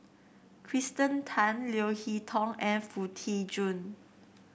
Kirsten Tan Leo Hee Tong and Foo Tee Jun